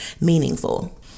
meaningful